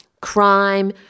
crime